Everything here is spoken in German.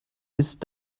ist